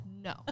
No